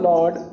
Lord